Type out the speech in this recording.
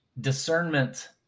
discernment